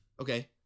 Okay